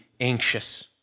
anxious